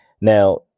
Now